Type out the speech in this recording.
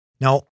Now